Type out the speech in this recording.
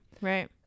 Right